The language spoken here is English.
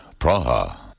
Praha